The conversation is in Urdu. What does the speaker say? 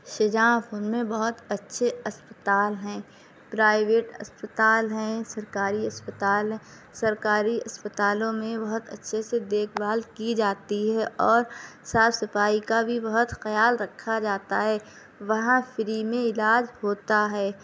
شاہجہاں پور میں بہت اچھے اسپتال ہیں پرائیویٹ اسپتال ہیں سرکاری اسپتال ہیں سرکاری اسپتالوں میں بہت اچھے سے دیکھ بھال کی جاتی ہے اور صاف صفائی کا بھی بہت خیال رکھا جاتا ہے وہاں فری میں علاج ہوتا ہے